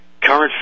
current